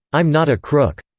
i'm not a crook.